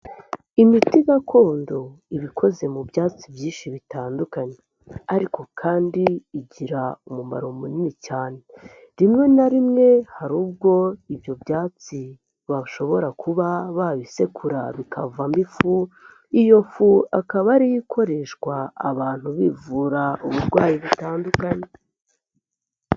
Imiti gakondo iba ikoze mu byatsi byinshi bitandukanye ariko kandi igira umumaro munini cyane, rimwe na rimwe hari ubwo ibyo byatsi bashobora kuba babisekura bikavamo ifu, iyo fu akaba ariyo ikoreshwa abantu bivura uburwayi butandukanye.